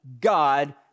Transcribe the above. God